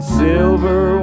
silver